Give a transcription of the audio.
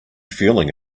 feeling